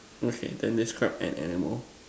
okay then describe an animal